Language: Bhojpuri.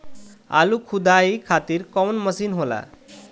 आलू खुदाई खातिर कवन मशीन होला?